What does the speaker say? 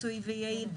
מקצועי ויעיל,